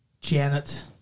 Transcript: Janet